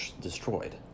destroyed